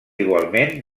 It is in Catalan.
igualment